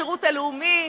שירות לאומי,